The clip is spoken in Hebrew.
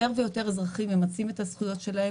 ויותר אזרחים ממצים את הזכויות שלהם.